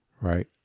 right